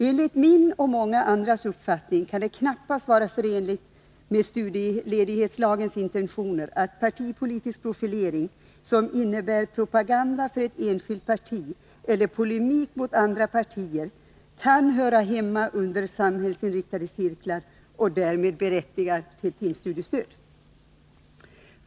Enligt min och många andras uppfattning kan det knappast vara förenligt med studiestödslagens intentioner att partipolitisk profilering, som innebär propaganda för ett enskilt parti eller polemik mot andra partier, kan höra hemma under samhällsinriktade cirklar och därmed vara berättigad till timstudiestöd.